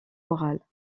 orale